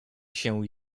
się